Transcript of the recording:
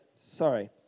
Sorry